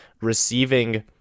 receiving